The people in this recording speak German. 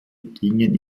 gingen